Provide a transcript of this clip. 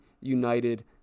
United